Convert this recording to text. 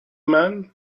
man